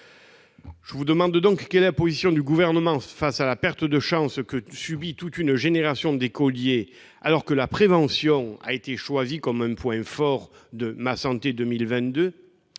Je vous demande donc quelle est la position du Gouvernement face à la perte de chances subie par toute une génération d'écoliers, alors que la prévention a été choisie comme un point fort de « Ma santé 2022 ».